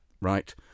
right